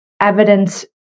evidence